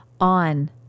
on